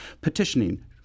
petitioning